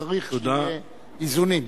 צריך שיהיו איזונים.